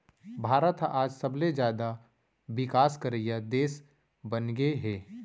भारत ह आज सबले जाता बिकास करइया देस बनगे हे